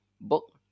book